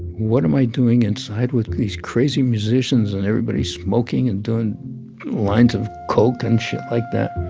what am i doing inside with these crazy musicians and everybody smoking and doing lines of coke and shit like that?